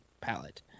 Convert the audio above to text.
palette